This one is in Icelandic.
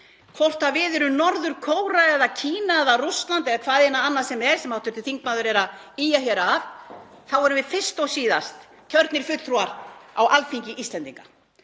Hvort við erum Norður-Kórea eða Kína eða Rússland, eða hvaðeina annað sem hv. þingmaður er að ýja hér að, þá erum við fyrst og síðast kjörnir fulltrúar á Alþingi Íslendinga.